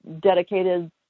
dedicated